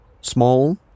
small